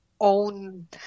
own